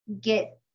get